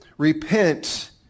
repent